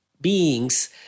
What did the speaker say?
beings